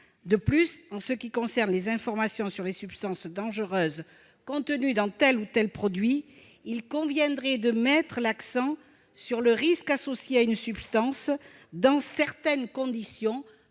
ailleurs, en ce qui concerne les informations sur les substances dangereuses contenues dans tel ou tel produit, il conviendrait de mettre l'accent sur le risque associé à une substance dans certaines conditions